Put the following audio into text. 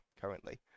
currently